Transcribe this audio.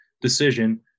decision